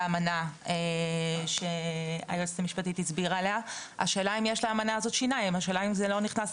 כל מה שהאנשים האלה עושים מבחינה חוזית זה כשר.